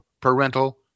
parental